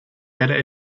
better